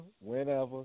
whenever